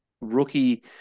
rookie